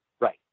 Right